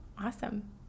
Awesome